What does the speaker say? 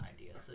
ideas